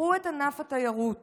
קחו את ענף התיירות